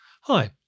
Hi